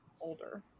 older